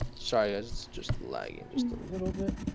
sorry guys, it's just laggy in just a little bit